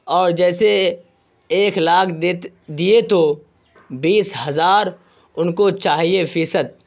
اور جیسے ایک لاکھ دیے تو بیس ہزار ان کو چاہیے فیصد